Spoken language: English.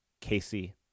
Casey